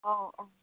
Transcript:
अ अ